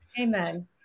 Amen